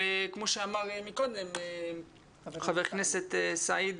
כמו שאמר קודם חבר הכנסת סעיד,